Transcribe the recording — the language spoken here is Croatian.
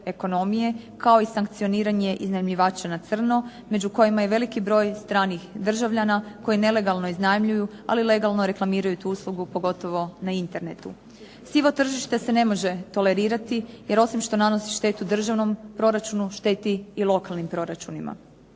kao i sankcioniranje iznajmljivača na crno među kojima je i veliki broj stranih državljana koji nelegalno iznajmljuju, ali legalno reklamiraju tu uslugu pogotovo na internetu. Sivo tržište se ne može tolerirati, jer osim što nanosi štetu državnom proračunu šteti i lokalnim proračunima.